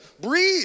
breathe